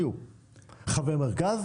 חבר מרכז?